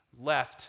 Left